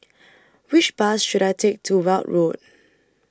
Which Bus should I Take to Weld Road